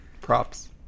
Props